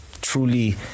truly